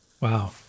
Wow